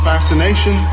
fascination